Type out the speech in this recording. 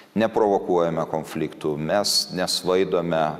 neprovokuojame konfliktų mes nesvaidome